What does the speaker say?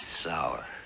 sour